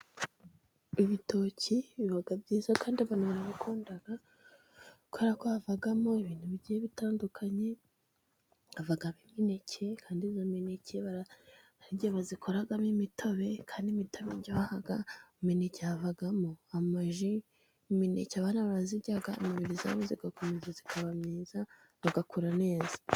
Ibitoki biba byiza kandi abantu barabikunda, havamo ibintu bigiye bitandukanye. Havamo imineke kandi imineke hari igihe bayikoramo imitobe kandi imitobe iraha, imineke havamo amaji, imineke barazirya, umubiri ugakomeza ukaba mwiza bagakura neza.